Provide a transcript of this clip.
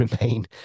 remain